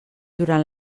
durant